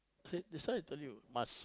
said that's why I told you must